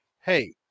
Hey